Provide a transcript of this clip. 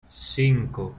cinco